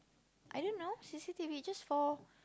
I don't know c_c_t_v just for